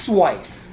wife